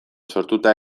sortuta